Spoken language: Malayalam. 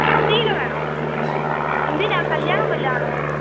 പത്ത് കിലോ വേണോ എന്തിനാണ് കല്യാണം വല്ലതും ആണോ